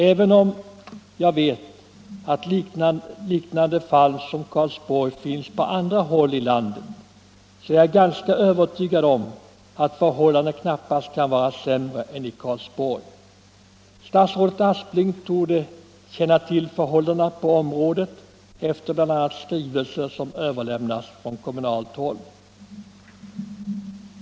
Även om jag vet att liknande fall finns på andra håll i landet, är jag ganska övertygad om att förhållandena knappast kan vara sämre än i Karlsborg. Statsrådet Aspling torde känna till förhållandena på området, bl.a. efter skrivelser som överlämnats till honom från kommunalt håll.